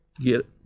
Get